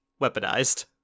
weaponized